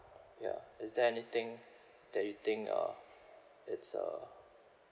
ya is there anything that you think uh it's uh